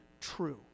True